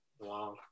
Wow